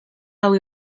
hau